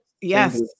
Yes